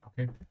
Okay